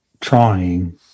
trying